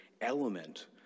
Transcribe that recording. element